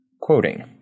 Quoting